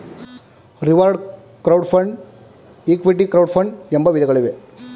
reward crowd fund, equity crowd fund ಎಂಬ ವಿಧಗಳಿವೆ